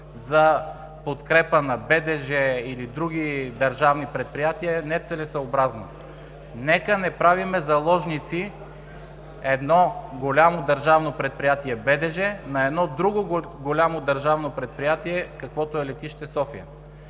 за подкрепа на БДЖ или други държавни предприятия, са нецелесъобразни. Нека не правим заложници едно голямо държавно предприятие – БДЖ, на едно друго голямо държавно предприятие, каквото е Летище София.